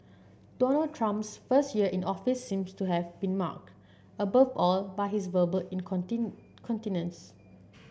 Donald Trump's first year in office seems to have been marked above all by his verbal in continence